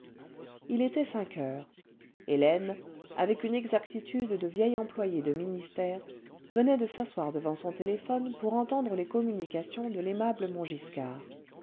h était cinq heures hélène avec une exactitude de vieil employé de ministère venait de s'asseoir devant son téléphone pour entendre les communications de l'aimable